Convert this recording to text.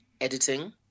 editing